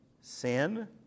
Sin